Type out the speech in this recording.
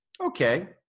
Okay